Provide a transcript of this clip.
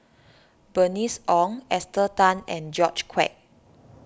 Bernice Ong Esther Tan and George Quek